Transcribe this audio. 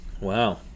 wow